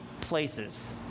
places